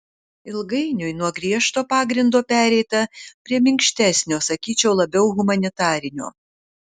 ilgainiui nuo griežto pagrindo pereita prie minkštesnio sakyčiau labiau humanitarinio